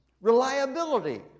reliability